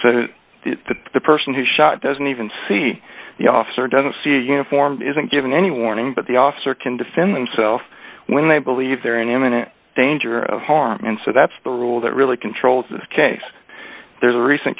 bushes the person who shot doesn't even see the officer doesn't see uniformed isn't given any warning but the officer can defend himself when they believe they're in imminent danger of harm and so that's the rule that really controls this case there's a recent